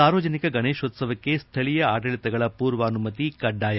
ಸಾರ್ವಜನಿಕ ಗಣೇಶೋತ್ಸವಕ್ಕೆ ಸ್ಥಳೀಯ ಆಡಳಿತಗಳ ಪೂರ್ವಾನುಮತಿ ಕಡ್ಡಾಯ